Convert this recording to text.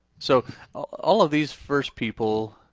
so all of these first people